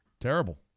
Terrible